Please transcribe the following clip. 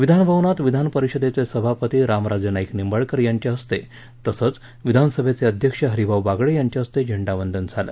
विधानभवनात विधान परिषदेचे सभापती रामराजे नाईक निंबाळकर यांच्या हस्ते तसंच विधानसभेचे अध्यक्ष हरिभाऊ बागडे यांच्या हस्ते झेंडावंदन झालं